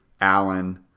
Allen